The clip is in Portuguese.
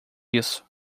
isso